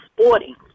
sporting